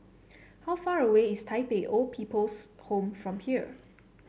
how far away is Tai Pei Old People's Home from here